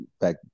back